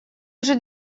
уже